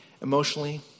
emotionally